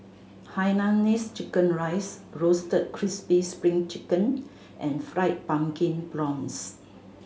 hainanese chicken rice Roasted Crispy Spring Chicken and Fried Pumpkin Prawns